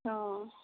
অ'